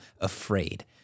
afraid